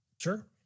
Sure